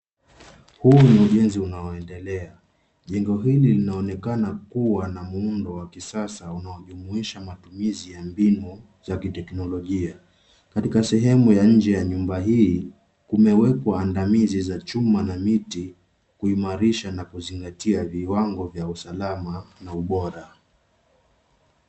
Huu ni ujenzi unaoendelea. Jengo hili linaonekana kuwa na muundo wa kisasa unaojumuisha matumizi ya mbinu za kiteknolojia. Katika sehemu ya nje ya nyumba hii kumewekwa andamizi za chuma na miti kuimarisha na kuzingatia viwango vya usalama na ubora.